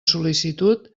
sol·licitud